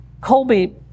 Colby